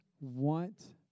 want